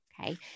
okay